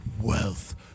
wealth